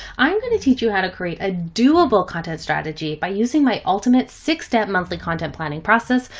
i'm going to teach you how to create a doable content strategy by using my ultimate six step monthly content planning process.